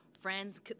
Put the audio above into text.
Friends